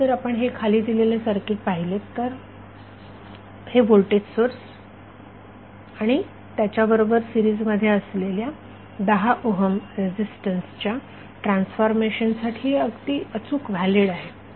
म्हणून जर आपण हे खाली दिलेले सर्किट पाहिलेत तर हे व्होल्टेज सोर्स आणि त्याच्याबरोबर सीरिज मध्ये असलेल्या 10 ओहम रेझीस्टन्सच्या सोर्स ट्रान्सफॉर्मेशनसाठी अगदी अचूक व्हॅलिड आहे